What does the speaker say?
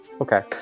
Okay